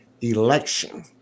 election